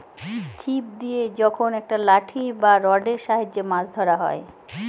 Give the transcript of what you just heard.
ছিপ দিয়ে যখন একটা লাঠি বা রডের সাহায্যে মাছ ধরা হয়